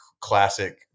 classic